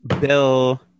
Bill